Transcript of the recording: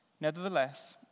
Nevertheless